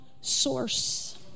source